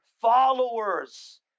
followers